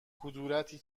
کدورتی